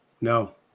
no